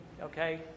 okay